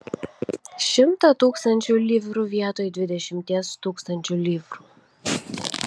šimtą tūkstančių livrų vietoj dvidešimties tūkstančių livrų